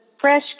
fresh